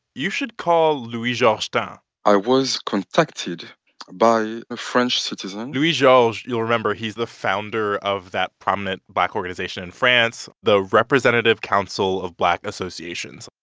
you should call louis-georges tin but i was contacted by a french citizen louis-georges you'll remember he's the founder of that prominent black organization in france, the representative council of black associations.